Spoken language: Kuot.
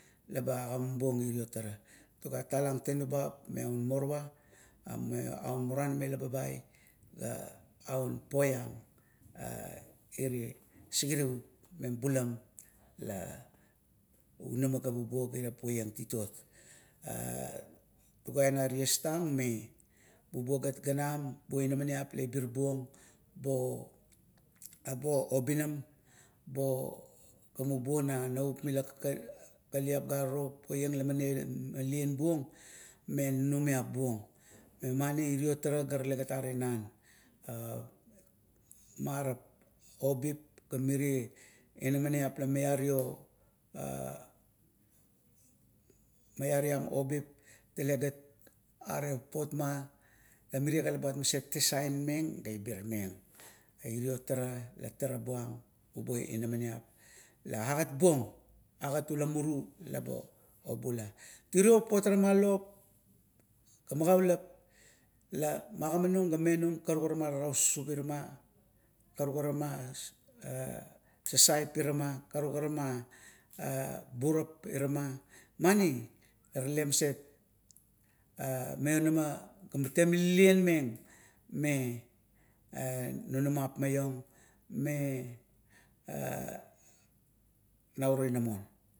Baba agimabuong irio tara. talang tenubap me aun morowa, me au muranamaila babai aun poiang erea sigirivut mebulam la una magabubuo ga ila poiang titot. A tuga ina ties tang me bubuo ga ganam inamaniap la ibirbuong bo obinam ga mubuo kakaliat na navup gare ro. Poiang lama temamalian buong me nunumiap buong, memani irio tara la talegal are tinan marap obip ga mire inamaniap la miario a maiariam obip are talegat papot ma are mirea gan labuat tesaimeng ga ibirmeng. Irio tara la tara buang bubut inamaniap la gat buong, agat ula muru la obula. Tiro papot are ma lop ga magaulap la magimanung la menu ga karuk ara ma tasaususup irama karuk ara ma sasaip irama, karukara ma burap irama. Mani la talemaset maionama ga man temamalian meng me nunabap maiong mea a nau ir inamon.